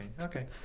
Okay